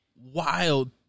wild